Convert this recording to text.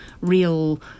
real